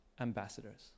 ambassadors